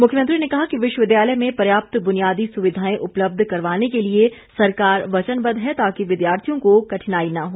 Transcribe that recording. मुख्यमंत्री ने कहा कि विश्वविद्यालय में पर्याप्त बुनियादी सुविधाएं उपलब्ध करवाने के लिए सरकार वचनबद्ध है ताकि विद्यार्थियों को कठिनाई न हो